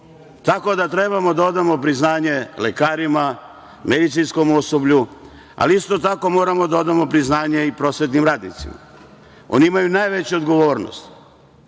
tako da trebamo da odamo priznanje lekarima, medicinskom osoblju, ali isto tako moramo da odamo priznanje i prosvetnim radnicima. Oni imaju najveću odgovornost,